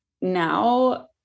now